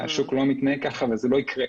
השוק לא מתנהג ככה וזה לא יקרה.